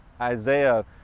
Isaiah